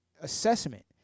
assessment